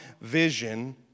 vision